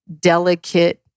delicate